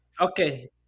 okay